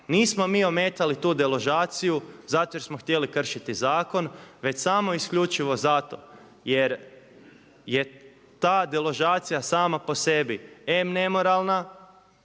Nismo mi ometali tu deložaciju zato jer smo htjeli kršiti zakon već samo isključivo zato jer je ta deložacija sama po sebi em nemoralna